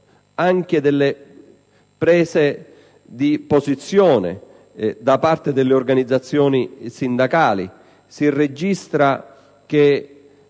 anche delle prese di posizione da parte delle organizzazioni sindacali. Si registrano